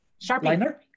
Sharpie